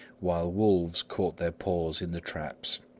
while wolves caught their paws in the traps.